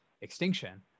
extinction